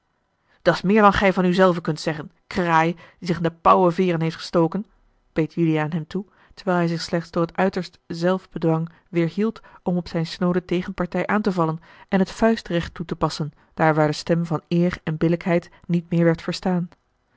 zijt dat's meer dan gij van u zelven kunt zeggen kraai die zich in de pauweveeren heeft gestoken beet juliaan hem toe terwijl hij zich slechts door het uiterst zelfbedwang weêrhield om op zijne snoode tegenpartij aan te vallen en het vuistrecht toe te passen daar waar de stem van eer en billijkheid niet meer werd verstaan